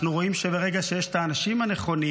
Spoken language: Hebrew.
אנחנו רואים שברגע שיש את האנשים הנכונים